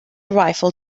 rifle